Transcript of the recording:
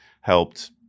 helped